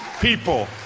people